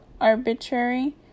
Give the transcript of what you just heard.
arbitrary